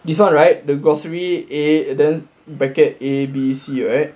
this [one] right the grocery a then bracket A B C right